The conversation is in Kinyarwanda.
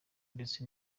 ndetse